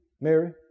Mary